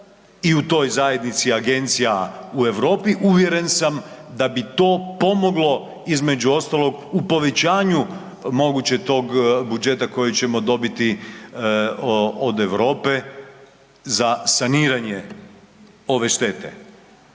i u toj zajednica agencija u Europi uvjeren sam da bi to pomoglo između ostalog u povećanju moguće tog budžeta koji ćemo dobiti od Europe za saniranje ove štete.